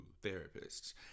therapists